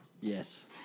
Yes